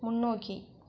முன்னோக்கி